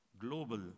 global